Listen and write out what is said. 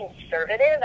conservative